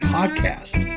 Podcast